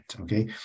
okay